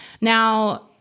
Now